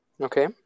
okay